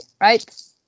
right